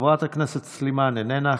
חברת הכנסת סילמן, איננה.